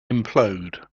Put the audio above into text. implode